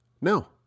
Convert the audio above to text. No